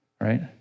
right